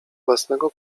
własnego